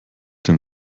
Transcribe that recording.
den